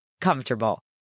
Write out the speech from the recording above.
comfortable